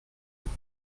êtes